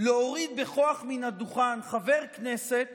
להוריד בכוח מן הדוכן חבר כנסת